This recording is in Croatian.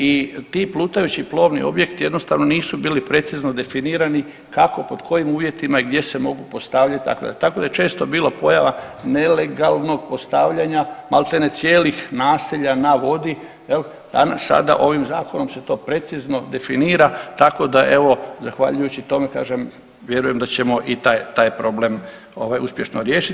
I ti plutajući plovni objekti jednostavno nisu bili precizno definirani kako, pod kojim uvjetima i gdje se mogu postavljat, dakle tako da je često bilo pojava nelegalnog postavljanja maltene cijelih naselja na vodi jel, danas sada ovim zakonom se to precizno definira, tako da evo zahvaljujući tome kažem vjerujem da ćemo i taj, taj problem ovaj uspješno riješit.